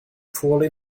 poorly